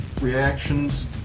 reactions